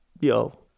yo